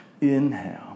Inhale